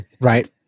right